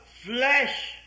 flesh